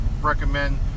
recommend